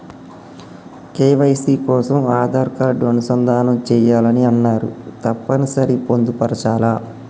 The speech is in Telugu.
కే.వై.సీ కోసం ఆధార్ కార్డు అనుసంధానం చేయాలని అన్నరు తప్పని సరి పొందుపరచాలా?